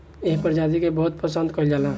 एह प्रजाति के बहुत पसंद कईल जाला